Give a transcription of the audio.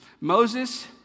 Moses